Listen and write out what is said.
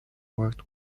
worked